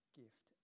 gift